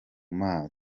mazi